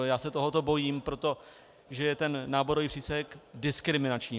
Já se tohoto bojím proto, že je ten náborový příspěvek diskriminační.